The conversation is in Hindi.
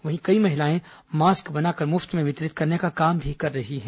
वहीं कई महिलाएं मास्क बनाकर मुफ्त में वितरित करने का काम भी कर रही है